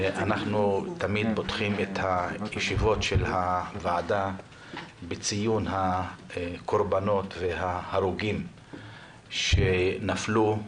אנחנו תמיד פותחים את הישיבות של הוועדה בציון הקורבנות וההרוגים שנפלו.